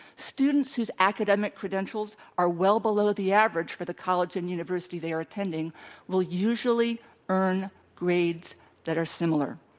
students whose academic credentials are well below the average for the college and university they are attending will usually earn grades that are similar,